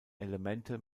elemente